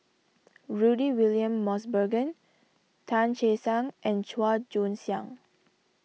Rudy William Mosbergen Tan Che Sang and Chua Joon Siang